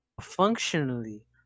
Functionally